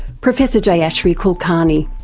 professor jayashri kulkarni